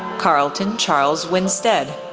carlton charles winstead,